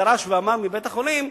דרש מבית-החולים,